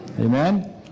Amen